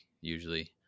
usually